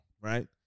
right